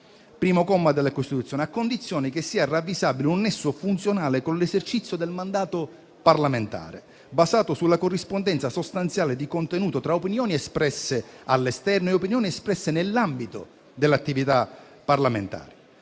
primo comma, della Costituzione, a condizione che sia ravvisabile un nesso funzionale con l'esercizio del mandato parlamentare, basato sulla corrispondenza sostanziale di contenuto tra opinioni espresse all'esterno e opinioni espresse nell'ambito dell'attività parlamentare.